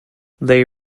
they